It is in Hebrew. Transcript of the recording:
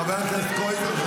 חבר הכנסת קרויזר,